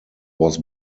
was